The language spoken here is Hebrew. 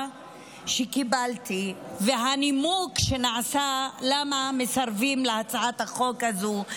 שקיבלתי ועל הנימוק למה מסרבים להצעת החוק הזו.